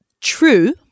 true